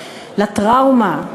לטראומה,